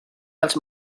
dels